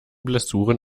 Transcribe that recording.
blessuren